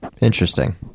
Interesting